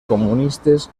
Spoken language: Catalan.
comunistes